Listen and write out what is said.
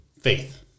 faith